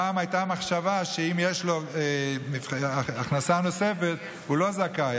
פעם הייתה מחשבה שאם יש לו הכנסה נוספת הוא לא זכאי,